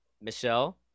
Michelle